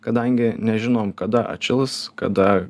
kadangi nežinom kada atšils kada